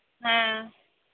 ᱦᱮᱸ